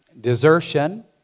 desertion